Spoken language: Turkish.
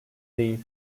değil